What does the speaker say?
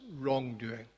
wrongdoing